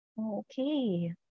Okay